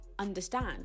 Understand